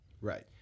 Right